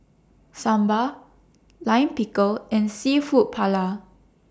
Sambar Lime Pickle and Seafood Paella